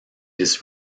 his